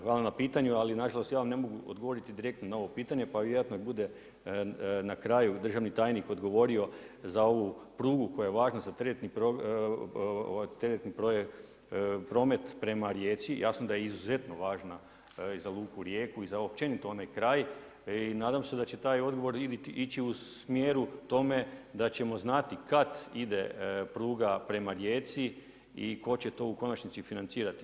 Hvala na pitanju ali nažalost ja vam ne mogu odgovoriti direktno na ovo pitanje pa vjerujem da bude na kraju državni tajnik odgovorio za ovu prugu koja je važna za teretni promet prema Rijeci, jasno da je izuzetno važna za luku Rijeku i za općenito onaj kraj i nadam se da će taj odgovor ići u smjeru tome da ćemo znati kad ide pruga prema Rijeci i tko će to u konačnici financirati.